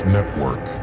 Network